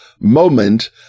moment